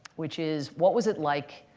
which is, what was it like,